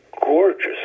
gorgeous